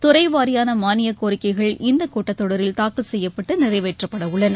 துறை வாரியான மானியக் கோரிக்கைகள் இந்தக் கூட்டத் தொடரில் தாக்கல் செய்யப்பட்டு நிறைவேற்றப்பட உள்ளன